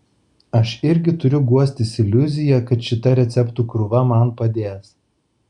aš irgi turiu guostis iliuzija kad šita receptų krūva man padės